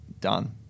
done